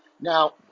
Now